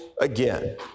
again